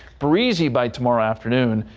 breezy by tomorrow afternoon.